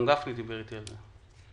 גם גפני דיבר איתי על זה.